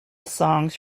songs